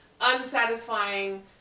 unsatisfying